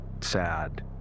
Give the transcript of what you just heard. sad